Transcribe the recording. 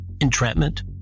entrapment